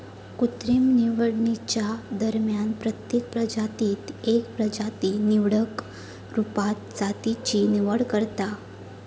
कृत्रिम निवडीच्या दरम्यान प्रत्येक प्रजातीत एक प्रजाती निवडक रुपात जातीची निवड करता